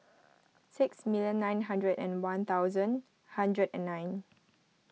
six million nine hundred and one thousand hundred and nine